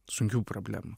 sunkių problemų